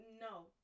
no